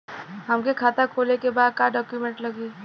हमके खाता खोले के बा का डॉक्यूमेंट लगी?